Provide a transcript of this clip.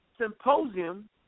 Symposium